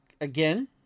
Again